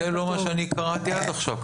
זה לא מה שאני קראתי עד עכשיו.